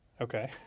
Okay